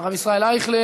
אדוני היושב-ראש,